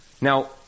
Now